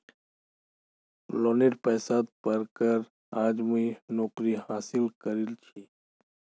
लोनेर पैसात पढ़ कर आज मुई नौकरी हासिल करील छि